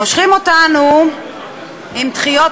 מושכים אותנו עם דחיות,